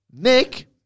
nick